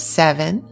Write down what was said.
seven